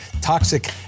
toxic